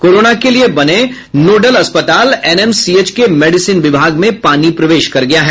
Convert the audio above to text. corona के लिये बने नोडल अस्पताल एनएमसीएच के मेडिसिन विभाग में पानी प्रवेश कर गया है